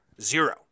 Zero